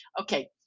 Okay